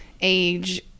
age